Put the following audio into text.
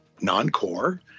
non-core